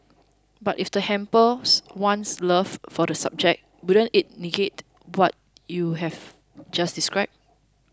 but if that hampers one's love for the subject wouldn't it negate what you've just described